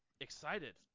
excited